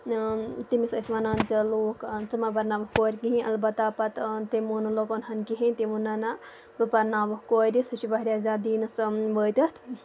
تہٕ تِم ٲسۍ اَسہِ وَنان لُکھ ژٕ مہ پَرناوُکھ کورِ کِہینۍ اَلبتہ پَتہٕ تٔمۍ مون نہٕ لُکن ہُنٛد کِہینۍ تٔمۍ ووٚن نہ نہ بہٕ پَرناوکھ کورِ سُہ چھُ واریاہ زیادٕ دیٖنَس تام وٲتِتھ